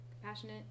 compassionate